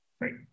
Great